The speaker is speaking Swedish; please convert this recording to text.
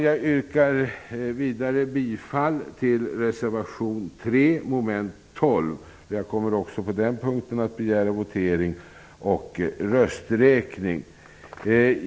Vidare yrkar jag beträffande mom. 12 bifall till reservation 3. Jag kommer också på den punkten att begära votering och rösträkning.